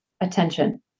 attention